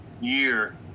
year